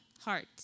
heart